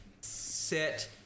Sit